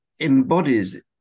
embodies